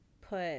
put